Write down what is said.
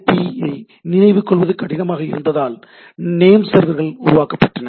B I நினைவில் கொள்வது கடினமாக இருந்ததால் நேம் சர்வர்கள் உருவாக்கப்பட்டன